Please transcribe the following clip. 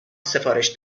سفارش